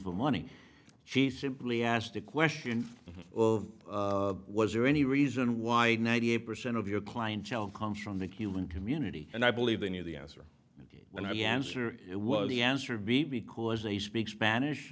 for money she simply asked a question was there any reason why ninety eight percent of your clientele comes from the cuban community and i believe any of the answer and when i answer it was the answer b because they speak spanish